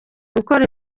gukora